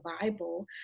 Bible